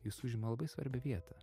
jis užima labai svarbią vietą